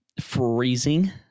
freezing